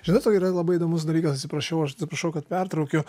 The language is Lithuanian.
žinai dar yra labai įdomus dalykas atsiprašau aš atsiprašau kad pertraukiu